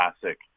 classic